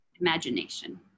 imagination